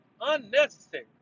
unnecessary